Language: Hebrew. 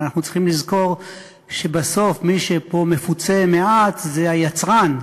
אבל אנחנו צריכים לזכור שבסוף מי שפה מפוצה מעט זה היצרן,